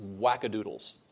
wackadoodles